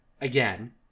again